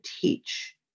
teach